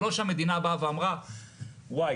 זה לא שהמדינה באה ואמרה: וואי,